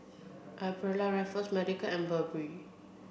Aprilia Raffles Medical and Burberry